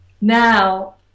now